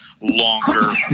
longer